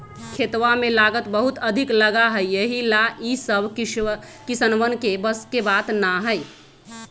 खेतवा में लागत बहुत अधिक लगा हई यही ला ई सब किसनवन के बस के बात ना हई